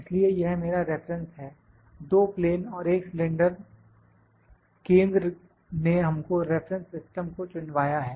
इसलिए यह मेरा रेफरेंस है दो प्लेन और एक सिलेंडर केंद्र ने हमको रेफरेंस सिस्टम को चुनवाया है